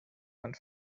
one